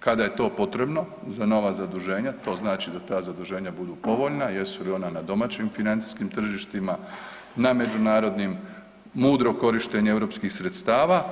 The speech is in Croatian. kada je to potrebno za nova zaduženja, to znači da ta zaduženja budu povoljna jesu li ona na domaćim financijskim tržištima, na međunarodnim, mudro korištenje europskih sredstava